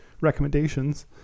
recommendations